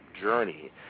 journey